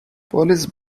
police